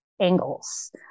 angles